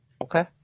Okay